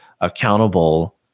accountable